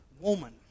woman